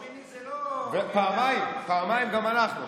עשור שמיני זה לא, פעמיים, פעמיים גם אנחנו.